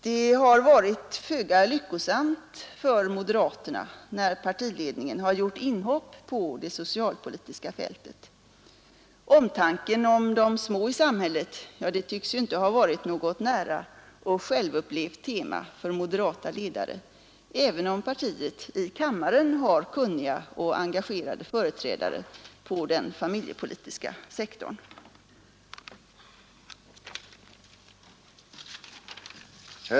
Det har varit föga lyckosamt för moderaterna när partiledningen har gjort inhopp på det socialpolitiska fältet. Omtanken om de små i samhället tycks inte ha varit något nära 8 äsGmbisr1972 och självupplevt tema för moderata ledare, även om partiet i kammaren har kunniga och engagerade företrädare på den familjepolitiska sektorn.